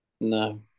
No